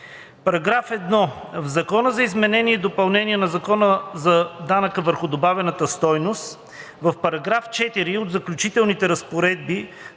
„§ 1. В Закона за изменение и допълнение на Закона за данък върху добавената стойност в § 4 от Заключителните разпоредби